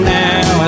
now